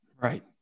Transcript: right